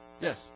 Yes